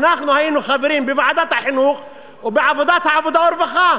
אנחנו היינו חברים בוועדת החינוך ובוועדת העבודה והרווחה